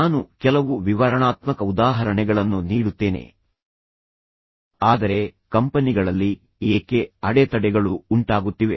ನಾನು ಕೆಲವು ವಿವರಣಾತ್ಮಕ ಉದಾಹರಣೆಗಳನ್ನು ನೀಡುತ್ತೇನೆ ಆದರೆ ಕಂಪನಿಗಳಲ್ಲಿ ಏಕೆ ಅಡೆತಡೆಗಳು ಉಂಟಾಗುತ್ತಿವೆ